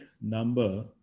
number